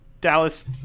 Dallas